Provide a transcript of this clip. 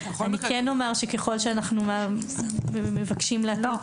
אני כן אומר שככל שאנחנו מבקשים להטיל את